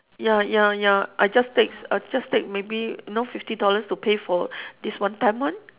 ya ya ya I just takes I just take maybe you know fifty dollars to pay for this one time one